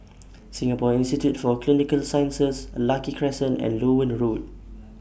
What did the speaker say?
Singapore Institute For Clinical Sciences Lucky Crescent and Loewen Road